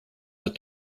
but